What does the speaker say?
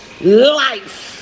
life